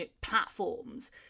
platforms